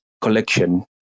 collection